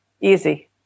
easy